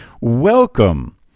Welcome